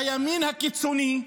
בימין הקיצוני,